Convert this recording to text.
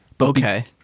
okay